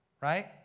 Right